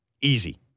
easy